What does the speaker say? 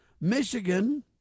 Michigan